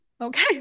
okay